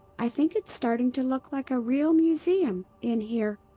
i think it's starting to look like a real museum in here.